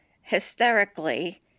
hysterically